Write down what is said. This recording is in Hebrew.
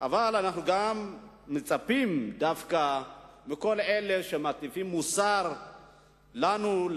אבל אנחנו מצפים דווקא מכל אלה שמטיפים מוסר לנו,